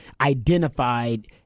identified